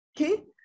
okay